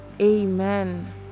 amen